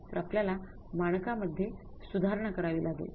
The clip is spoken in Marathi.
तर आपल्यला मानकांमधेय सुधारणा करावी लागेल